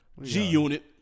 G-Unit